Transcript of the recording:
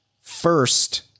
First